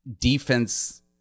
defense